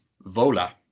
vola